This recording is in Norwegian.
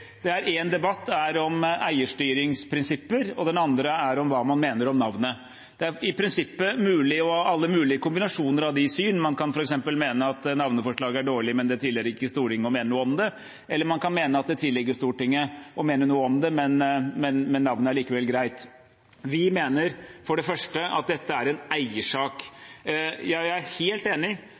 to debatter. En debatt er om eierstyringsprinsipper, og den andre er om hva man mener om navnet. I prinsippet er det alle mulige kombinasjoner av de syn. Man kan f.eks. mene at navneforslaget er dårlig, men det tilligger ikke Stortinget å mene noe om det. Eller man kan mene at det tilligger Stortinget å mene noe om det, men navnet er likevel greit. Vi mener for det første at dette er en eiersak. Jeg og Arbeiderpartiet er helt enig